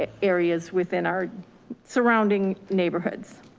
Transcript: areas within our surrounding neighborhoods.